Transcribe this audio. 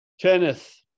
Kenneth